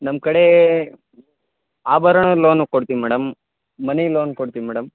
ನಮ್ಮ ಕಡೆ ಆಭರಣದ ಲೋನು ಕೊಡ್ತಿವಿ ಮೇಡಮ್ ಮನಿ ಲೋನ್ ಕೊಡ್ತಿವಿ ಮೇಡಮ್